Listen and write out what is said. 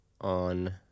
on